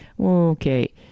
Okay